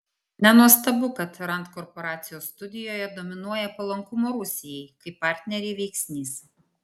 nenuostabu kad rand korporacijos studijoje dominuoja palankumo rusijai kaip partnerei veiksnys